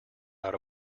out